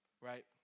right